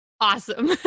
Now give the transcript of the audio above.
awesome